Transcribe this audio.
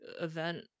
event